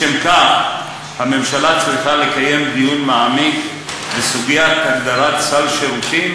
לשם כך הממשלה צריכה לקיים דיון מעמיק בסוגיית הגדרת סל שירותים,